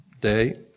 day